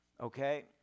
Okay